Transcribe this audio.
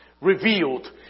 revealed